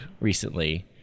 recently